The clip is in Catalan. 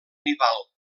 nival